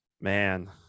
man